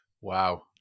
Wow